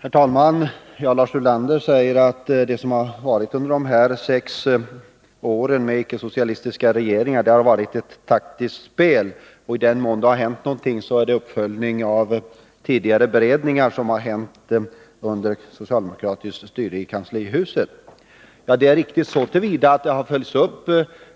Herr talman! Lars Ulander säger att det under de sex årens borgerliga regeringar har pågått ett taktiskt spel. I den mån det har hänt något har det varit uppföljningar av tidigare beredningar under socialdemokratiskt styre i kanslihuset. Det är riktigt så till vida att